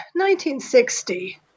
1960